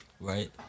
right